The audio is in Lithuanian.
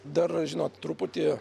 dar žinot truputį